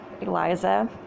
Eliza